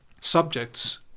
subjects